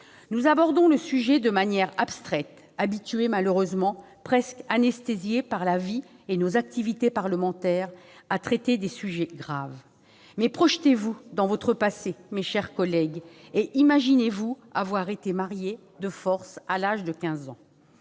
Nous abordons le sujet de manière abstraite, habitués- malheureusement presque anesthésiés -par la vie et nos activités parlementaires à traiter de sujets graves. Mais projetez-vous dans votre passé, mes chers collègues, et imaginez que vous ayez été mariés de force à l'âge de 15 ans